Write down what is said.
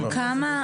כמה,